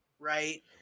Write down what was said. Right